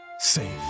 Safe